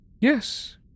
Yes